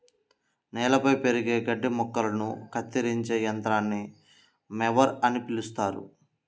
నేలపై పెరిగే గడ్డి మొక్కలను కత్తిరించే యంత్రాన్ని మొవర్ అని పిలుస్తారు